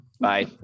Bye